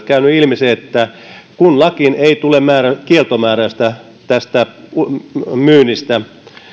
käynyt ilmi se että kun lakiin ei tule kieltomääräystä tästä myynnistä